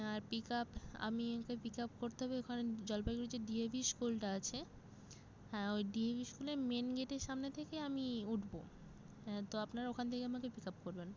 আর pick up আমিকে pick up করতে হবে ওখানে জলপাইগুড়ির যে ডি এ ভি স্কুলটা আছে হ্যাঁ ওই ডি এ ভি স্কুলের মেন গেটের সামনে থেকে আমি উঠবো হ্যাঁ তো আপনারা ওখান থেকে আমাকে পিক আপ করবেন